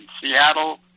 Seattle